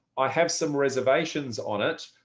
i have some reservations on it.